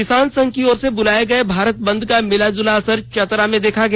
किसान संघ की ओर से बुलाये गए भारत बंद का मिलाजुला असर चतरा में देखा गया